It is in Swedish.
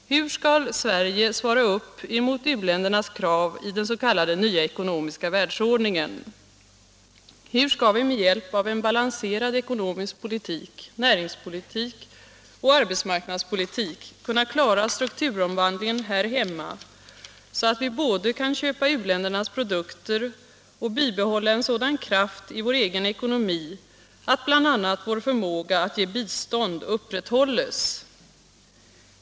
Hur skall Sverige svara upp mot u-ländernas krav i den s.k. nya ekonomiska världsordningen? Hur skall vi med hjälp av en välbalanserad ekonomisk politik, näringspolitik och arbetsmarknadspolitik kunna klara strukturomvandlingen här hemma så att vi både kan köpa u-ländernas produkter och bibehålla en sådan kraft i vår egen ekonomi att bl.a. vår förmåga att ge bistånd upprätthålls?